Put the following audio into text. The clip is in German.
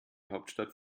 hauptstadt